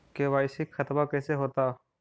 KYC खतबा कैसे होता?